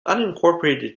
unincorporated